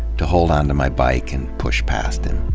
to hold onto my bike and push past him.